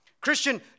Christian